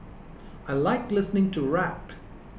I like listening to rap